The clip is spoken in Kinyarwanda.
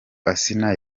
asinah